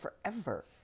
forever